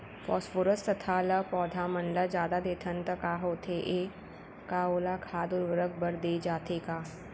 Phosphorus तथा ल पौधा मन ल जादा देथन त का होथे हे, का ओला खाद उर्वरक बर दे जाथे का?